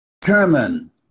Determine